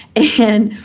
and